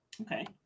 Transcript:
Okay